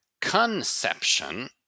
conception